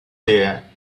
there